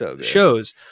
shows